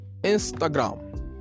Instagram